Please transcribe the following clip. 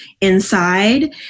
inside